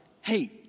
hey